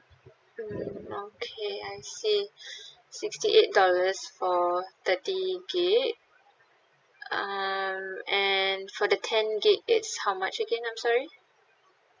mm okay I see sixty eight dollars for thirty gig um and for the ten gig it's how much again I'm sorry